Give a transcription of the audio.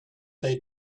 they